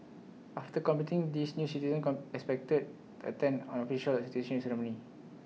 after completing these new citizens come expected attend an official citizenship ceremony